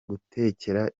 gutekera